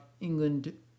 England